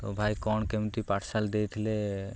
ତ ଭାଇ କ'ଣ କେମିତି ପାର୍ସଲ୍ ଦେଇଥିଲେ